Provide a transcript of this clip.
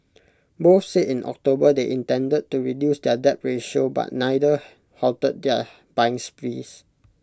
both said in October they intended to reduce their debt ratio but neither halted their buying sprees